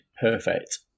perfect